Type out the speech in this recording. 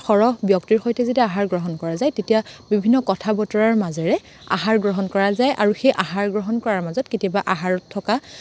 সৰহ ব্যক্তিৰ সৈতে যেতিয়া আহাৰ গ্ৰহণ কৰা যায় তেতিয়া বিভিন্ন কথা বতৰাৰ মাজেৰে আহাৰ গ্ৰহণ কৰা যায় আৰু সেই আহাৰ গ্ৰহণ কৰাৰ মাজত কেতিয়াবা আহাৰত থকা